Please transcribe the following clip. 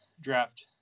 draft